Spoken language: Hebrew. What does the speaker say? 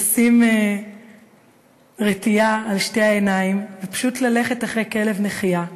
לשים רטייה על שתי העיניים ופשוט ללכת אחרי כלב נחייה.